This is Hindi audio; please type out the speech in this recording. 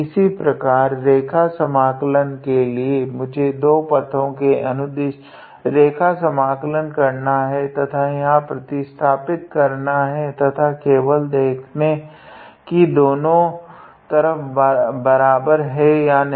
इसी प्रकार रेखा समाकलन के लिए मुझे दो पथों के अनुदिश रेखा समाकलन करना है तथा यहाँ प्रतिस्थापित करना है तथा केवल देखे की दोनों तरफ बराबर है या नहीं